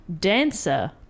Dancer